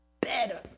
Better